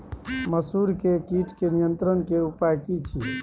मसूर के कीट के नियंत्रण के उपाय की छिये?